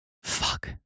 Fuck